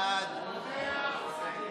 מי נגד?